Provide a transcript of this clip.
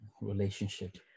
relationship